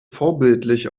vorbildlich